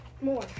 more